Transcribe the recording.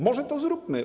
Może to zróbmy?